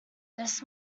this